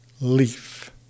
leaf